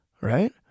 Right